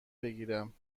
بگیرم